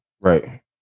right